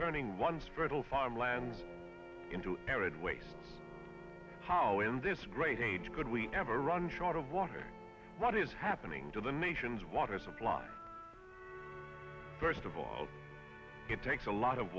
turning once fertile farmland into arid waste how in this great age could we ever run short of water what is happening to the nation's water supply first of all it takes a lot of